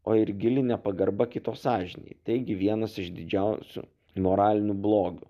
o ir gili nepagarba kito sąžinei taigi vienas iš didžiausių moralinių blogių